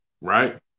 right